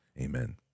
Amen